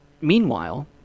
Meanwhile